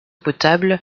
potable